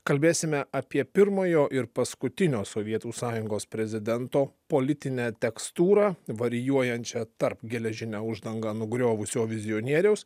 kalbėsime apie pirmojo ir paskutinio sovietų sąjungos prezidento politinę tekstūrą varijuojančią tarp geležinę uždangą nugriovusio vizionieriaus